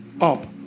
up